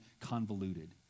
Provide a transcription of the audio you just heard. convoluted